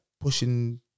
pushing